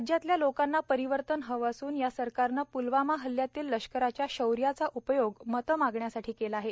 राज्यातल्या लोकांना परिवर्तन हवं असून या सरकारनं प्लवामा हल्ल्यातील लष्कराच्या शौर्याचा उपयोग मते मागण्यासाठी केला आहे